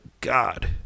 god